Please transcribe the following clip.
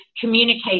communicate